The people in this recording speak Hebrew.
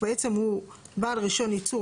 מי שבעצם הוא בעל רישיון ייצור.